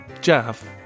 Jeff